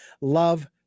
love